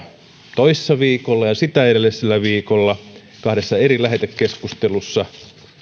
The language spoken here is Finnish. toissa viikolla ja sitä edellisellä viikolla kahdessa eri lähetekeskustelussa